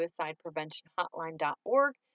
suicidepreventionhotline.org